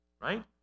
Right